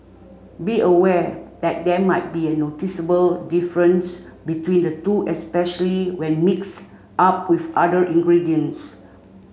be aware that there might be a noticeable difference between the two especially when mixed up with other ingredients